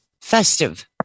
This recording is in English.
festive